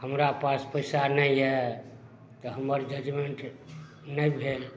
हमरा पास पैसा नहि यऽ तऽ हमर जजमेंट नहि भेल